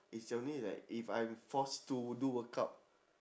it's only like if I'm force to do workout